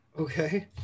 okay